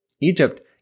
Egypt